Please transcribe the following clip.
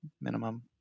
minimum